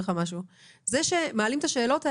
זה שמעלים את השאלות האלה,